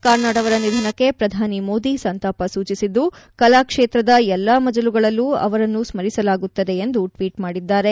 ಕಾರ್ನಾಡ್ ಅವರ ನಿಧನಕ್ಕೆ ಪ್ರಧಾನಿ ಮೋದಿ ಸಂತಾಪ ಸೂಚಿಸಿದ್ದು ಕಲಾ ಕ್ಷೇತ್ರದ ಎಲ್ಲಾ ಮಜಲುಗಳಲ್ಲೂ ಅವರನ್ನು ಸ್ಲರಿಸಲಾಗುತ್ತದೆ ಎಂದು ಟ್ವೀಟ್ ಮಾಡಿದ್ದಾರೆ